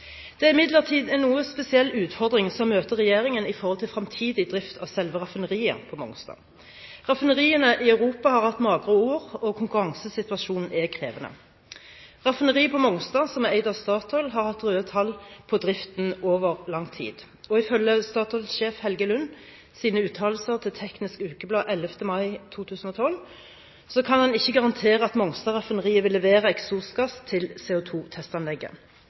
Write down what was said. Det er imidlertid en noe spesiell utfordring som møter regjeringen i forhold til framtidig drift av selve raffineriet på Mongstad. Raffineriene i Europa har hatt magre år, og konkurransesituasjonen er krevende. Raffineriet på Mongstad, som er eid av Statoil, har hatt røde tall på driften over lang tid. Ifølge Statoil-sjef Helge Lunds uttalelser til Teknisk Ukeblad 10. mai 2012 kan han ikke garantere at Mongstad-raffineriet vil levere eksosgass til